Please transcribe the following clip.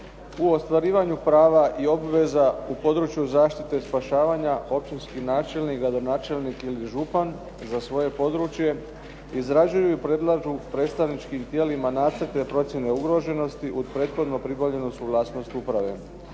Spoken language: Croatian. U ostvarivanju prava i obveza u području zaštite spašavanja općinski načelnik, gradonačelnik ili župan za svoje područje izrađuju i predlažu predstavničkim tijelima nacrte procjene ugroženosti uz prethodno pribavljenu suglasnost uprave.